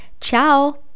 Ciao